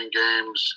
games